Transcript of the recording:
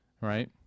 right